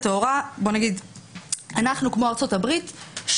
כמו ארצות הברית,